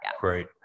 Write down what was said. great